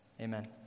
amen